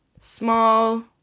small